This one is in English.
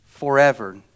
Forever